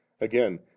Again